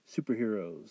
superheroes